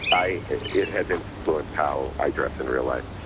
i it has influenced how i dress in real life.